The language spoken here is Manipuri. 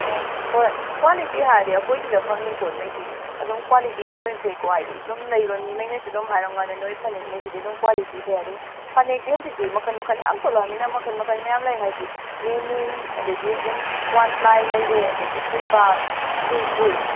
ꯑꯥ ꯍꯣꯏ ꯀ꯭ꯋꯥꯂꯤꯇꯤ ꯍꯥꯏꯔꯗꯤ ꯑꯩꯈꯣꯏ ꯁꯤꯗ ꯐꯪꯂꯤ ꯄꯣꯠꯉꯩꯁꯤ ꯑꯗꯨꯝ ꯀ꯭ꯋꯥꯂꯤꯇꯤꯗꯤ ꯂꯣꯏ ꯐꯩꯀꯣ ꯍꯥꯏꯗꯤ ꯑꯗꯨꯝ ꯂꯩꯕ ꯃꯤꯈꯩꯅꯁꯨ ꯑꯗꯨꯝ ꯍꯥꯏꯔꯝꯒꯅꯤ ꯅꯣꯏ ꯐꯅꯦꯛ ꯈꯩꯁꯤꯗꯤ ꯑꯗꯨꯝ ꯀ꯭ꯋꯥꯂꯤꯇꯤ ꯐꯩ ꯑꯗꯨ ꯐꯅꯦꯛꯇꯤ ꯍꯧꯖꯤꯛꯇꯤ ꯃꯈꯟ ꯃꯈꯟ ꯃꯌꯥꯝ ꯊꯣꯛꯂꯛꯂꯕꯅꯤꯅ ꯃꯈꯟ ꯃꯈꯟ ꯃꯌꯥꯝ ꯂꯩ ꯍꯥꯏꯗꯤ ꯂꯦꯅꯤꯟ ꯑꯗꯒꯤ ꯑꯗꯨꯝ ꯋꯥꯟ ꯄ꯭ꯂꯥꯏ ꯂꯩꯔꯤ ꯑꯗꯒꯤ ꯐꯩꯕꯥꯛ ꯈꯨꯔꯈꯨꯜ